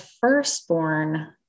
firstborn